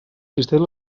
existeix